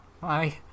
Bye